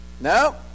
No